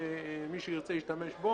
שמי שירצה ישתמש בו,